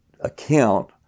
account